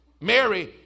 Mary